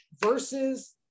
versus